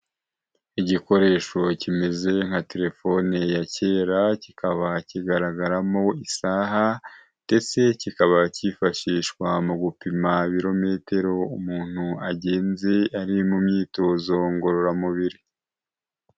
Igikoresho kimeze nka telefone ya kera, kikaba kigaragaramo isaha, ndetse kikaba cyifashishwa mu gupima ibirometero umuntu agenze ari mu myitozo ngororamubiri.